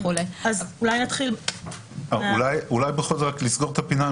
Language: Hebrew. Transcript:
אולי בכל זאת רק לסגור את הפינה.